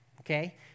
okay